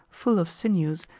full of sinews,